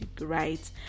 right